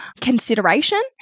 consideration